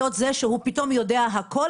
להיות זה שהוא פתאום יודע הכול?